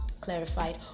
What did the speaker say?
clarified